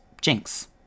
Jinx